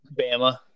Bama